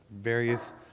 various